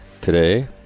today